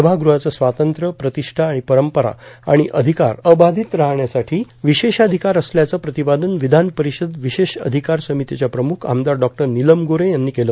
सभागृहाचं स्वातंत्र्य प्रतिष्ठा आणि परंपरा आणि अधिकार अबाधित राहण्यासाठी विशेषाधिकार असल्याचं प्रतिपादन विधान परिषद विशेष अधिकार समितीच्या प्रमुख आमदार डॉ नीलम गोऱ्हे यांनी केलं